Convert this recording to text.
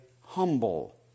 humble